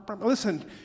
Listen